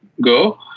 go